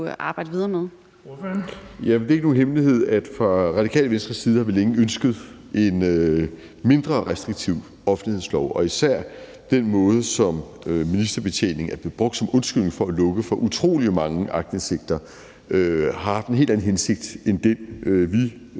Martin Lidegaard (RV): Det er ikke nogen hemmelighed, at vi fra Radikale Venstres side længe har ønsket en mindre restriktiv offentlighedslov, og især den måde, som ministerbetjening er blevet brugt som undskyldning for at lukke for utrolig mange aktindsigter, har haft en helt anden hensigt end den, vi